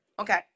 okay